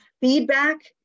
feedback